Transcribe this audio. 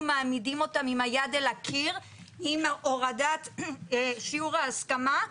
אנחנו מעמידים אותם עם היד על הקיר עם הורדת שיעור ההסכמה.